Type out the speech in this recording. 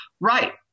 Right